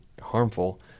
harmful